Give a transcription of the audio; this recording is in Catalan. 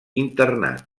internat